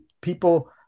people